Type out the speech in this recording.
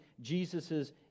Jesus's